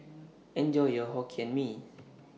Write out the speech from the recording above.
Enjoy your Hokkien Mee